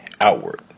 outward